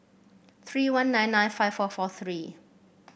three one nine nine five four four three